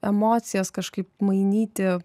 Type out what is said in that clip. emocijas kažkaip mainyti